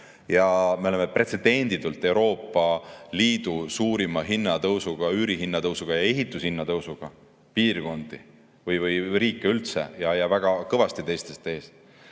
Me oleme pretsedenditult Euroopa Liidu suurima hinnatõusuga, üürihinna tõusuga ja ehitushinna tõusuga piirkondi või riike üldse, väga kõvasti teistest ees.